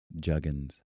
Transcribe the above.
juggins